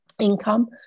income